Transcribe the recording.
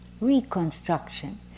reconstruction